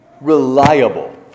reliable